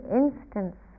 instance